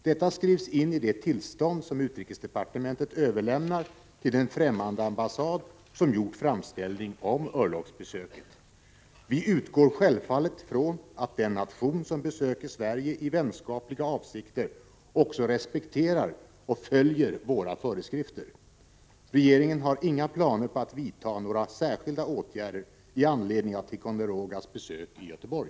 Detta skrivs in i det tillstånd som utrikesdepartementet överlämnar till den främmande ambassad som gjort framställning om örlogsbesöket. Vi utgår självfallet från att den nation som besöker Sverige i vänskapliga avsikter också respekterar och följer våra föreskrifter. Regeringen har inga planer på att vidta några särskilda åtgärder med anledning av Ticonderogas besök i Göteborg.